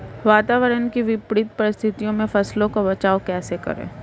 वातावरण की विपरीत परिस्थितियों में फसलों का बचाव कैसे करें?